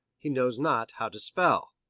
he knows not how to spell.